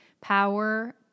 power